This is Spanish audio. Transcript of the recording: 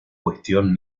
cuestión